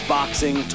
Boxing